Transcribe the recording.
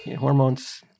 Hormones